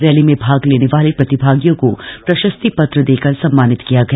rally में भाग लेने वाले प्रतिभागियों को को प्र प्रशस्ति पत्र देकर सम्मानित किया गया